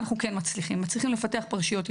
זה מאוד חשוב, כי זה מצמצם את הפגיעות לסחר